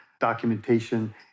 documentation